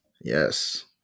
Yes